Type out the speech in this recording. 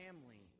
family